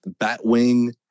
Batwing